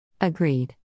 Agreed